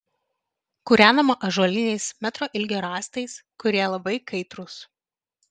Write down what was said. kūrenama ąžuoliniais metro ilgio rąstais kurie labai kaitrūs